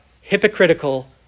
hypocritical